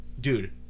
dude